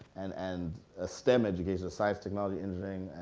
and and a stem education, a science, technology, engineering,